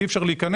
אי אפשר להיכנס,